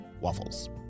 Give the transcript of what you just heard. waffles